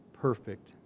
perfect